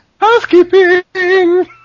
Housekeeping